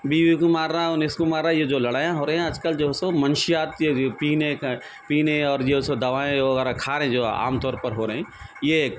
بیوی کو مار رہا ان اس کو مار رہا یہ جو لڑائیاں ہو رہی ہیں نا آج کل جو ہے سو منشیات کے لیے پینے کا پینے اور جو ہے سو دوائی وغیرہ کھا رہے ہیں جو عام طور پر ہو رہیں یہ